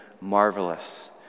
marvelous